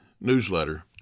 newsletter